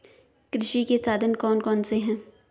कृषि के साधन कौन कौन से हैं?